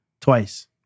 Twice